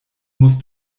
musst